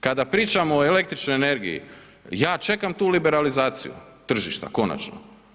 Kada pričamo o električnoj energiji, ja čekam tu liberalizaciju tržišta konačno.